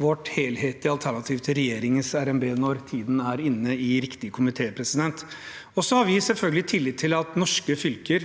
vårt helhetlige alternativ til regjeringens RNB når tiden er inne, i riktig komité. Vi har selvfølgelig tillit til at norske fylker